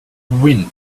wind